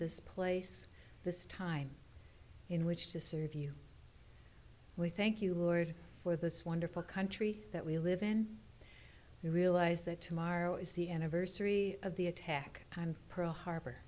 this place this time in which to serve you we thank you lord for this wonderful country that we live in you realize that tomorrow is the anniversary of the attack on pearl